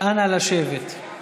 אנא לשבת.